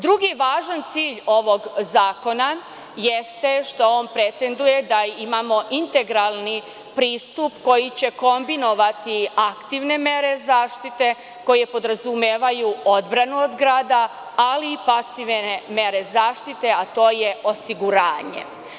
Drugi važan cilj ovog zakona jeste što on pretenduje da imamo integralni pristup koji će kombinovati aktivne mere zaštite koji podrazumevaju odbranu od grada ali i pasivne mere zaštite, a to je osiguranje.